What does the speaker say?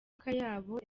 akayabo